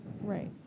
Right